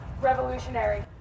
revolutionary